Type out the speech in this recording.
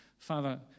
Father